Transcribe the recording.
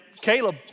Caleb